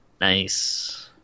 nice